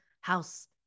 house